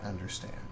understand